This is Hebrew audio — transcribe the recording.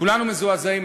כולנו מזועזעים,